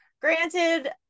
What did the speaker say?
granted